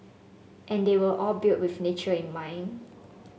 and they were all built with nature in mind